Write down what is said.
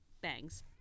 bangs